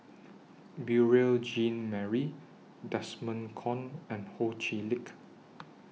Beurel Jean Marie Desmond Kon and Ho Chee Lick